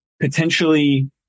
potentially